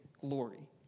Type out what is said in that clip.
glory